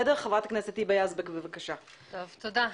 תודה.